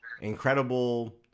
incredible